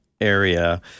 area